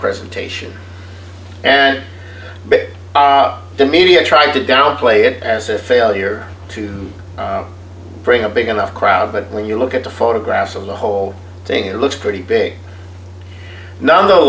presentation and the media tried to downplay it as a failure to bring a big enough crowd but when you look at the photographs of the whole thing it looks pretty big no